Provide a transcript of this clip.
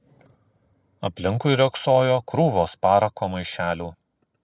aplinkui riogsojo krūvos parako maišelių